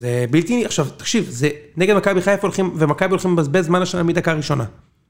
זה בלתי, עכשיו תקשיב, זה נגד מכבי חיפה הולכים, ומכבי הולכים לבזבז זמן מדקה ראשונה.